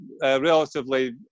relatively